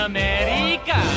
America